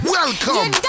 Welcome